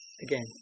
again